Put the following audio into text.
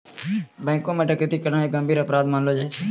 बैंको म डकैती करना एक गंभीर अपराध मानलो जाय छै